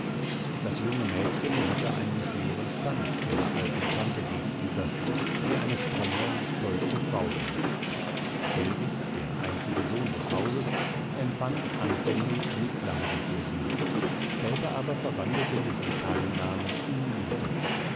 das junge mädchen hatte einen schweren stand der alten tante gegenüber die eine strenge und stolze frau war hellwig der einzige sohn des hauses empfand anfänglich mitleiden für sie später aber verwandelte sich die teilnahme in liebe